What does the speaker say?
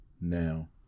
now